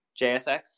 JSX